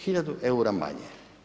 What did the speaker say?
Hiljadu eura manje.